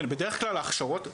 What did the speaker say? בדרך כלל ההכשרות,